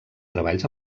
treballs